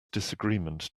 disagreement